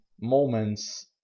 moments